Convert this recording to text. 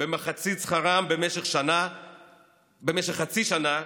במחצית שכרם במשך חצי שנה